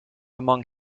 among